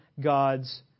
God's